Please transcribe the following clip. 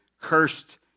cursed